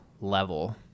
level